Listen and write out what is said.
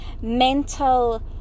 mental